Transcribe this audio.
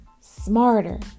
smarter